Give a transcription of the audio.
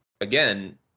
Again